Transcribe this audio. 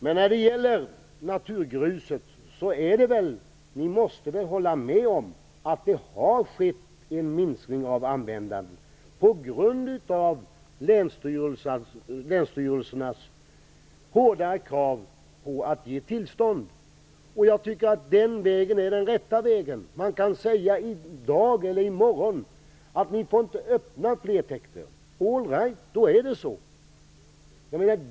Men när det gäller naturgruset måste Lisbeth Staaf-Igelström väl hålla med om att det har skett en minskning av användandet på grund av länsstyrelsernas hårdare krav för att ge tillstånd. Den vägen är den rätta vägen. Man kan säga i dag eller i morgon att det inte skall öppnas fler täkter. All right, då får det bli så.